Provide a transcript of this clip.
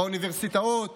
באוניברסיטאות